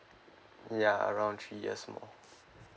ya around three years more